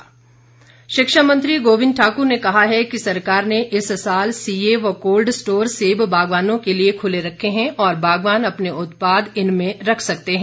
ध्यानाकर्षण प्रस्ताव शिक्षा मंत्री गोविंद ठाकुर ने कहा है कि सरकार ने इस साल सीए व कोल्ड स्टोर सेब बागवानों के लिए खुले रखे हैं और बागवान अपने उत्पाद इनमें रख सकते हैं